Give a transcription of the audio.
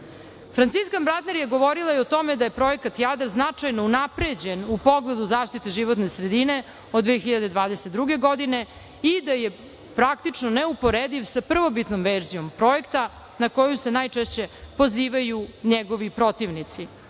EU.Franciska Brantner je govorila i o tome da je projekat Jadar značajno unapređen u pogledu zaštite životne sredine od 2022. godine i da je praktično neuporediv sa prvobitnom verzijom projekta na koju se najčešće pozivaju njegovi protivnici.